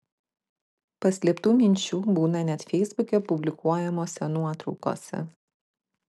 paslėptų minčių būna net feisbuke publikuojamose nuotraukose